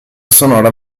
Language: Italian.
sonora